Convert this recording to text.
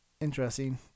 Interesting